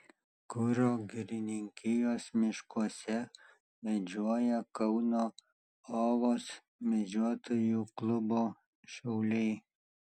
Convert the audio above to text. kuro girininkijos miškuose medžioja kauno ovos medžiotojų klubo šauliai